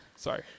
Sorry